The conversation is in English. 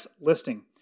listing